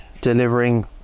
delivering